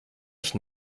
ich